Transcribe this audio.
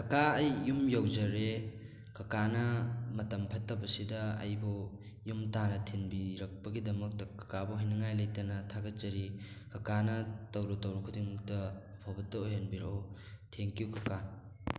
ꯀꯀꯥ ꯑꯩ ꯌꯨꯝ ꯌꯧꯖꯔꯦ ꯀꯀꯥꯅ ꯃꯇꯝ ꯐꯠꯇꯕꯁꯤꯗ ꯑꯩꯕꯨ ꯌꯨꯝ ꯇꯥꯟꯅ ꯊꯤꯟꯕꯤꯔꯛꯄꯒꯤꯗꯃꯛꯇ ꯀꯀꯥꯕꯨ ꯍꯥꯏꯅꯤꯡꯉꯥꯏ ꯂꯩꯇꯅ ꯊꯥꯒꯠꯆꯔꯤ ꯀꯀꯥꯅ ꯇꯧꯔꯨ ꯇꯧꯔꯨ ꯈꯨꯗꯤꯡꯃꯛꯇ ꯑꯐꯕꯇ ꯑꯣꯏꯍꯟꯕꯤꯔꯛꯎ ꯊꯦꯡꯀ꯭ꯌꯨ ꯀꯀꯥ